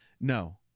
No